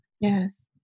Yes